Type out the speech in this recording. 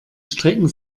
strecken